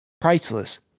priceless